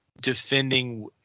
defending